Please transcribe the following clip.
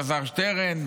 אלעזר שטרן,